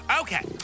Okay